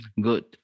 good